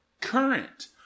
current